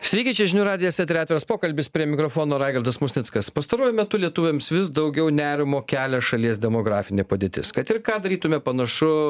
sveiki čia žinių radijas tai yra atviras pokalbis prie mikrofono raigardas musnickas pastaruoju metu lietuviams vis daugiau nerimo kelia šalies demografinė padėtis kad ir ką darytume panašu